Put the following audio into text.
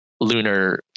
lunar